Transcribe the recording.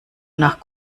nach